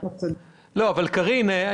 אבל קרין,